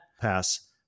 pass